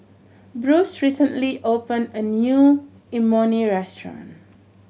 Bruce recently opened a new Imoni restaurant